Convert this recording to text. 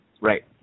right